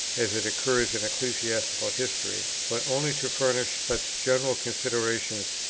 as it occurs in ecclesiastical history but only to furnish such general considerations,